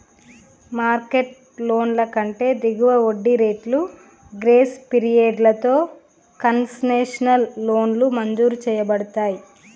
market లోన్ల కంటే దిగువ వడ్డీ రేట్లు, గ్రేస్ పీరియడ్లతో కన్సెషనల్ లోన్లు మంజూరు చేయబడతయ్